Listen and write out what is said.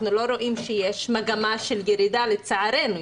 אנחנו לא רואים שיש מגמה של ירידה אלא לצערנו,